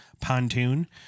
pontoon